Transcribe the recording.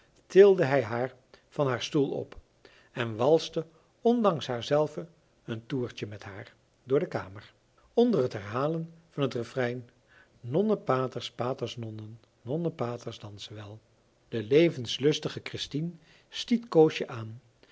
tilde hij haar van haar stoel op en walste ondanks haarzelve een toertje met haar door de kamer onder het herhalen van het refrein nonnen paters paters nonnen nonnen paters dansen wel de levenslustige christien stiet koosje aan